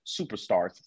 superstars